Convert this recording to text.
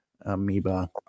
amoeba